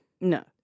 No